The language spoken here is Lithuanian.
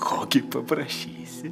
ko gi paprašysi